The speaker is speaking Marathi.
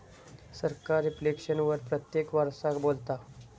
सरकार रिफ्लेक्शन वर प्रत्येक वरसाक बोलता